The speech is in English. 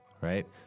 Right